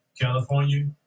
california